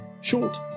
short